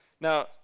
Now